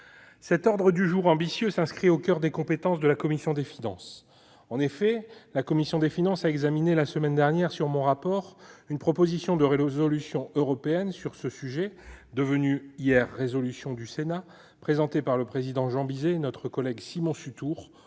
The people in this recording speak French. Cet ordre du jour ambitieux s'inscrit au coeur des compétences de la commission des finances. En effet, celle-ci a examiné la semaine dernière, sur mon rapport, une proposition de résolution européenne sur ce sujet, devenue hier résolution du Sénat, présentée par le président Jean Bizet et Simon Sutour,